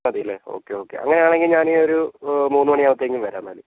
മതിയല്ലേ okay okay അങ്ങനെയാണെങ്കിൽ ഞാൻ ഒരു മൂന്നു മണിയാകുമ്പഴ്ത്തേക്ക് വരാം എന്നാൽ